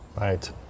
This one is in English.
Right